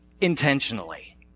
intentionally